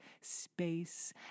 space